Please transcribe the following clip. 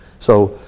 so,